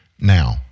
now